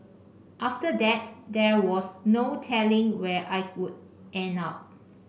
after that there was no telling where I would end up